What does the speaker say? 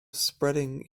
spreading